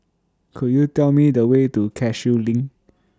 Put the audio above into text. Could YOU Tell Me The Way to Cashew LINK